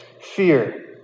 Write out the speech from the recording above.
fear